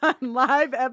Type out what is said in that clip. live